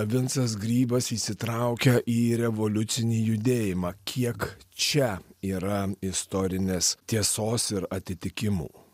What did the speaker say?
vincas grybas įsitraukia į revoliucinį judėjimą kiek čia yra istorinės tiesos ir atitikimų